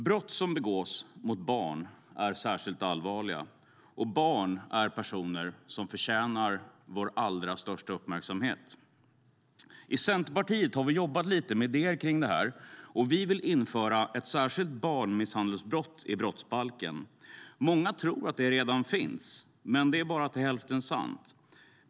Brott som begås mot barn är särskilt allvarliga, och barn är personer som förtjänar vår allra största uppmärksamhet. I Centerpartiet har vi jobbat lite med idéer kring detta. Vi vill införa ett särskilt barnmisshandelsbrott i brottsbalken. Många tror att det redan finns, men det är bara till hälften sant.